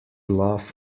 laugh